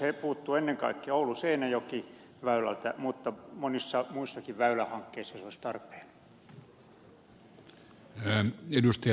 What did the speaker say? se puuttuu ennen kaikkea ouluseinäjoki väylältä mutta monissa muissakin väylähankkeissa se olisi tarpeen